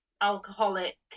alcoholic